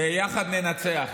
יחד ננצח.